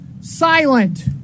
silent